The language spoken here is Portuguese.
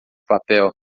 papel